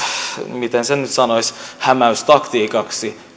miten sen nyt sanoisi hämäystaktiikaksi